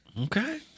Okay